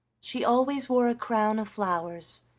she always wore a crown of flowers,